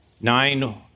Nine